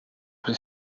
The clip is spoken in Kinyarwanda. kuri